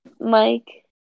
Mike